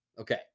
okay